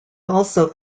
also